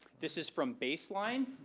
this is from baseline.